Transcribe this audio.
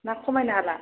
ना खमायनो हाला